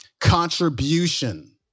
contribution